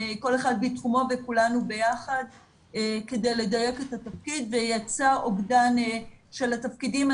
כל אחד בתחומו וכולנו ביחד כדי לדייק את התפקיד ויצא אוגדן של התפקידים.